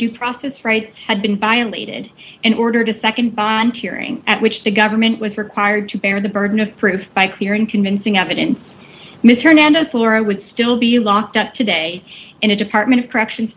due process rights had been violated in order to nd bond hearing at which the government was required to bear the burden of proof by clear and convincing evidence ms hernandez laura would still be locked up today in a department of corrections